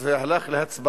שיש